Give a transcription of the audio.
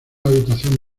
habitación